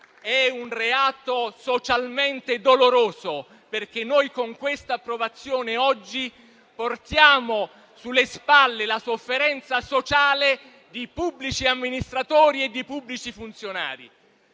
di un reato socialmente doloroso, perché noi con questa approvazione oggi portiamo sulle spalle la sofferenza sociale di pubblici amministratori e di pubblici funzionari.